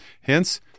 Hence